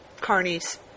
Carney's